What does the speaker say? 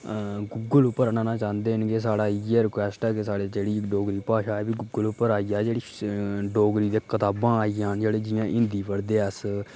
Google उप्पर आह्नना चांह्दे न कि साढ़ा इ'यै रिक्वैस्ट ऐ कि साढ़ी जेह्ड़ी डोगरी भाशा ऐ एह् बी गूगल उप्पर आई जा जेह्ड़ी डोगरी दियां कताबां आई जान जेह्ड़े जि'यां हिंदी पढ़दे अस